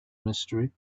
mystery